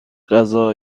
غذا